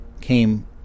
came